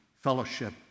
fellowship